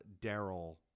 Daryl